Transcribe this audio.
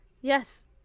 Yes